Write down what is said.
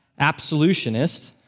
absolutionist